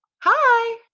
Hi